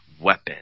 weapon